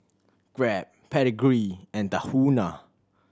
Grab Pedigree and Tahuna